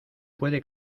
puede